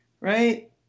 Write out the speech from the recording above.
right